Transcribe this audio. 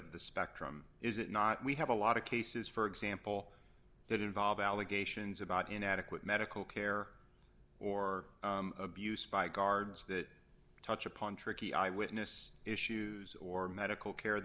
of the spectrum is it not we have a lot of cases for example that involve allegations about inadequate medical care or abuse by guards that touch upon tricky eyewitness issues or medical care